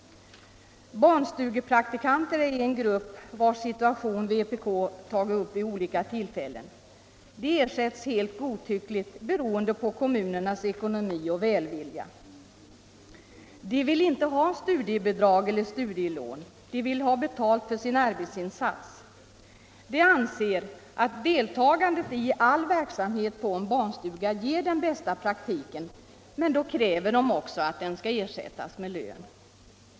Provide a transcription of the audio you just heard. Barnstugepraktikanter är en grupp vars situation vpk tagit upp vid olika tillfällen. De ersätts helt godtyckligt, beroende på kommunernas ekonomi och välvilja. De vill inte ha studiebidrag eller studielån, de vill ha betalt för sin arbetsinsats. De anser att deltagandet i all verksamhet på en barnstuga ger dem den bästa praktiken, men då kräver de också att arbetet skall ersättas med lön.